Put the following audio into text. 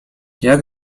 jak